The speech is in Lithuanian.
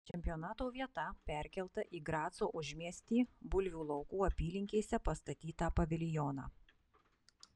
čempionato vieta perkelta į graco užmiestį bulvių laukų apylinkėse pastatytą paviljoną